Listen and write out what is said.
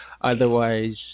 Otherwise